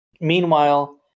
Meanwhile